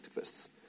activists